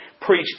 preach